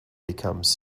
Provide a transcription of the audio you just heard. becomes